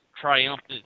triumphant